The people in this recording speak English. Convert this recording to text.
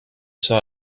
saw